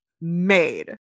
made